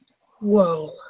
Whoa